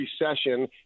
recession